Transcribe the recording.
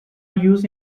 use